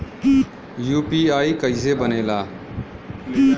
UPI कईसे बनेला?